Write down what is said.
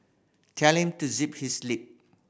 tell him to zip his lip